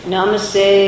Namaste